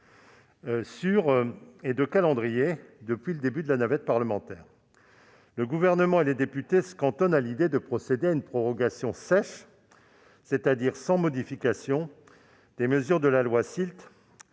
et de calendrier. Depuis le début de la navette parlementaire, le Gouvernement et les députés se cantonnent à l'idée de procéder à une prorogation « sèche », c'est-à-dire sans modification, des mesures de la loi SILT,